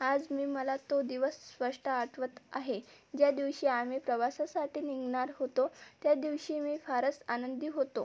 आज मी मला तो दिवस स्पष्ट आठवत आहे ज्या दिवशी आम्ही प्रवासासाठी निघणार होतो त्या दिवशी मी फारच आनंदी होतो